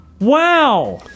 Wow